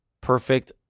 perfect